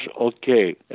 okay